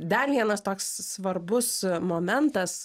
dar vienas toks svarbus momentas